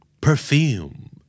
Perfume